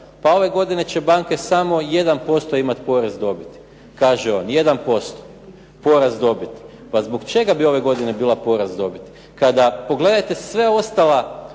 Pa ove godine će banke samo 1% imati porez dobiti, kaže on 1% porast dobiti. Pa zbog čega bi ove godine bila porast dobiti. Kada pogledate sve ostale